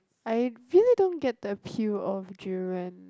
I really don't get the appeal of Durian